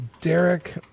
Derek